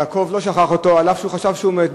שיעקב לא שכח אותו אף שהוא חשב שהוא מת,